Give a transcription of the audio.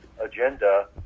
agenda